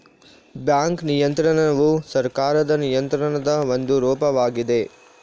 bank ನಿಯಂತ್ರಣವು ಸರ್ಕಾರದ ನಿಯಂತ್ರಣದ ಒಂದು ರೂಪವಾಗಿದೆ